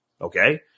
okay